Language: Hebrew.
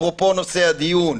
אפרופו נושא הדיון,